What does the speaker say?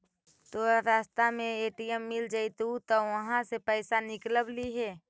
तोरा रास्ता में ए.टी.एम मिलऽ जतउ त उहाँ से पइसा निकलव लिहे